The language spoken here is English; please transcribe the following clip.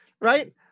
Right